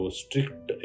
strict